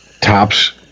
top's